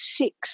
six